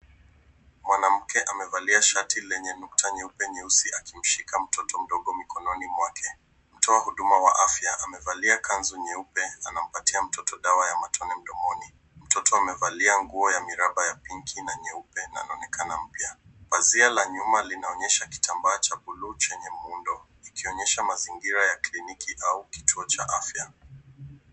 Mwanamke amevalia shati lenye nukta nyeupe nyeusi akimshika mtoto mdogo mikononi mwake. Mtoa huduma wa afya, amevalia kanzu nyeupe, anampatia mtoto dawa ya matone mdomoni. Mtoto amevalia nguo ya miraba ya pinki na nyeupe na inaonekana mpya. Pazia la nyuma linaonyesha kitambaa cha buluu chenye muundo, ikionyesha mazingira ya kliniki au kituo cha afya.